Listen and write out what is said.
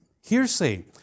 hearsay